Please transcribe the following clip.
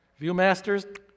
Viewmasters